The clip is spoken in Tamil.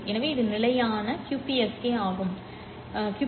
எனவே இது நிலையான QPSK ஆகும் format